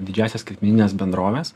didžiąsias skaitmenines bendroves